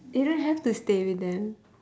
you don't have stay with them